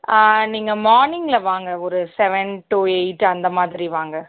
நீங்கள் மார்னிங்கில் வாங்க ஒரு செவன் டூ எயிட் அந்த மாதிரி வாங்க